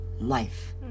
life